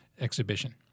exhibition